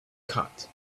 cut